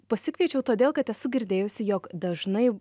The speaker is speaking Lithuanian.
pasikviečiau todėl kad esu girdėjusi jog dažnai